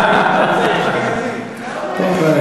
אני מתנצל.